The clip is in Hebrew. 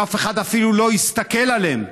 ואף אחד אפילו לא הסתכל עליהם,